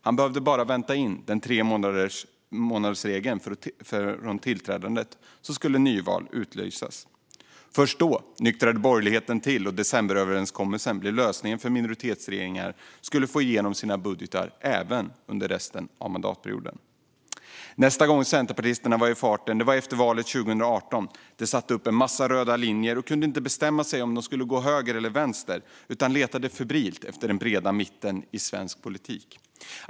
Han behövde bara vänta in tremånadersregeln från tillträdandet, så skulle nyval utlysas. Först då nyktrade borgerligheten till, och decemberöverenskommelsen blev lösningen för att minoritetsregeringar skulle få igenom sina budgetar även under resten av mandatperioden. Nästa gång centerpartisterna var i farten var efter valet 2018. De satte upp en massa röda linjer och kunde inte bestämma sig för om de skulle gå åt höger eller vänster, utan de letade febrilt efter den breda mitten i svensk politik.